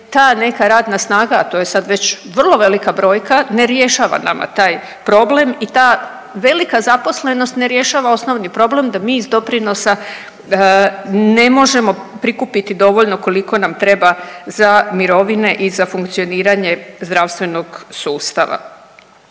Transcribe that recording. i ta neka radna snaga, a to je sad već vrlo velika brojka, ne rješava nama taj problem i ta velika zaposlenost ne rješava osnovni problem da mi iz doprinosa ne možemo prikupiti dovoljno koliko nam treba za mirovine i za funkcioniranje zdravstvenog sustava.